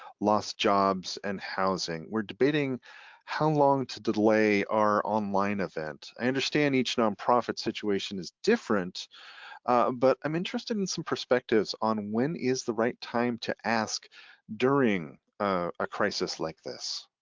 lost jobs and housing. we're debating how long to delay our online event. i understand each nonprofit situation is different but i'm interested in some perspectives on when is the right time to ask during a crisis like this?